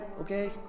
okay